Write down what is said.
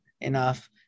enough